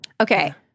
Okay